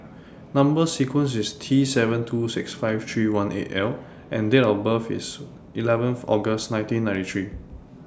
Number sequence IS T seven two six five three one eight L and Date of birth IS eleven August nineteen ninety three